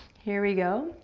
here we go.